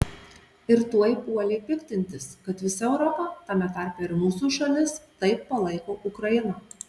ir tuoj puolė piktintis kad visa europa tame tarpe ir mūsų šalis taip palaiko ukrainą